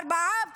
ארבעה פצועים,